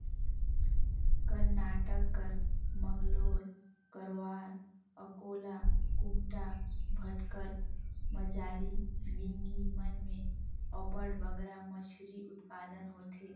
करनाटक कर मंगलोर, करवार, अकोला, कुमटा, भटकल, मजाली, बिंगी मन में अब्बड़ बगरा मछरी उत्पादन होथे